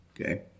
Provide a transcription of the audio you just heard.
Okay